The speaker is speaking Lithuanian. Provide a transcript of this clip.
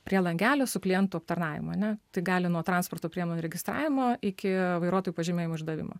prie langelio su klientų aptarnavimu ane tai gali nuo transporto priemonių registravimo iki vairuotojų pažymėjimų išdavimo